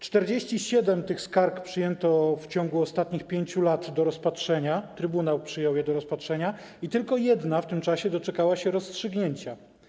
47 tych skarg przyjęto w ciągu ostatnich 5 lat do rozpatrzenia, trybunał przyjął je do rozpatrzenia, i tylko jedna w tym czasie doczekała się rozstrzygnięcia.